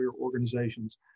Organizations